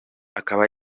akaba